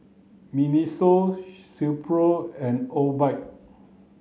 Miniso Silkpro and Obike